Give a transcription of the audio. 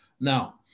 Now